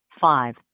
five